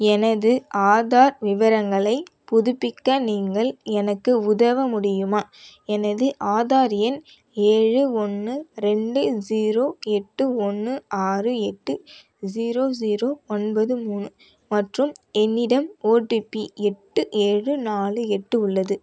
எனது ஆதார் விவரங்களைப் புதுப்பிக்க நீங்கள் எனக்கு உதவ முடியுமா எனது ஆதார் எண் ஏழு ஒன்று ரெண்டு ஜீரோ எட்டு ஒன்று ஆறு எட்டு ஜீரோ ஜீரோ ஒன்பது மூணு மற்றும் என்னிடம் ஓடிபி எட்டு ஏழு நாலு எட்டு உள்ளது